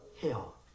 hell